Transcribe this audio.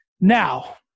Now